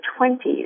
20s